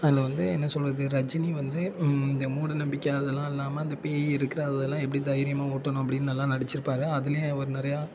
அதில் வந்து என்ன சொல்கிறது ரஜினி வந்து இந்த மூடநம்பிக்கை அதெல்லாம் இல்லாமல் அந்த பேய் இருக்கிற அதெல்லாம் எப்படி தைரியமாக ஓட்டணும் அப்படின்னு நல்லா நடிச்சிருப்பார் அதிலையும் அவர் நிறையா